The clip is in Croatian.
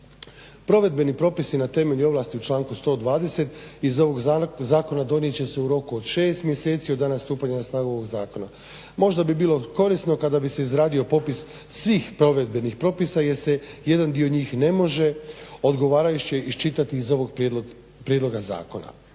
Provedbeni propisi na temelju ovlasti u članku 120. iz ovog zakona donijet će se u roku od 6 mjeseci od danas stupanja na snagu ovog zakona. Možda bi bilo korisno kada bi se izradio popis svih provedbenih propisa jer se jedan dio njih ne može odgovarajuće iščitati iz ovog prijedloga zakona.